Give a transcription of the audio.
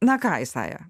na ką isaja